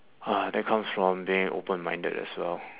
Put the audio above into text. uh that comes from being open minded as well